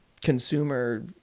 consumer